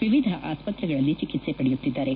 ವಿವಿಧ ಆಸ್ತ್ರೆಗಳಲ್ಲಿ ಚಿಕಿತ್ಸೆ ಪಡೆಯುತ್ತಿದ್ಲಾರೆ